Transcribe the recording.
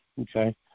okay